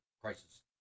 crisis